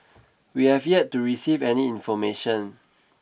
we have yet to receive any information